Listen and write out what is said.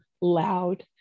loud